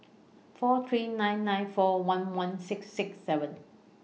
four three nine nine four one one six six seven